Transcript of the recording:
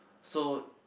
so